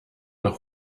noch